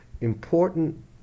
important